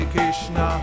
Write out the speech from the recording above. Krishna